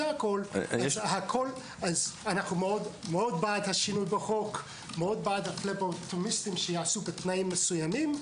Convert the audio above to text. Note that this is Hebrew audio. אנחנו מאוד בעד השינוי בחוק ובעד פבלוטומיסטים שיעשו בתנאים מסוימים.